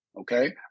Okay